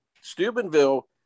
Steubenville